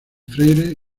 freire